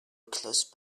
close